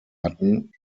hatten